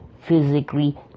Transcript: physically